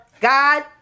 God